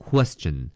Question